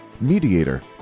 mediator